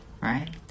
right